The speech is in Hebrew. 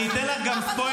אני אתן לך גם ספוילר,